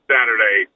Saturday